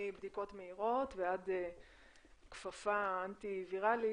מבדיקות מהירות ועד כפפה אנטי-ויראלית,